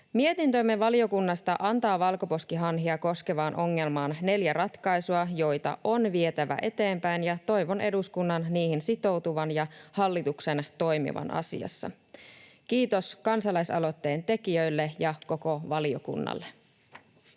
Mietintömme valiokunnasta antaa valkoposkihanhia koskevaan ongelmaan neljä ratkaisua, joita on vietävä eteenpäin, ja toivon eduskunnan niihin sitoutuvan ja hallituksen toimivan asiassa. — Kiitos kansalaisaloitteen tekijöille ja koko valiokunnalle.